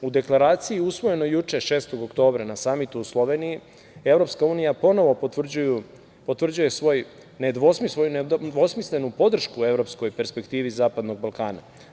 U Deklaraciji usvojenoj juče, 6. oktobra, na samitu u Sloveniji, EU ponovo potvrđuje svoju nedvosmislenu podršku evropskoj perspektivi zapadnog Balkana.